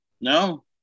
No